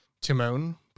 Timon